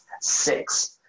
six –